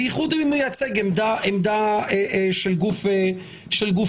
בייחוד אם הוא מייצג עמדה של גוף שלטוני,